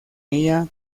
ella